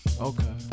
Okay